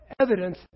evidence